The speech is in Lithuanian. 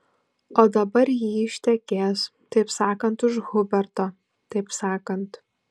o dabar ji ištekės taip sakant už huberto taip sakant